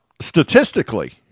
statistically